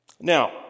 Now